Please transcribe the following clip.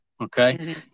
okay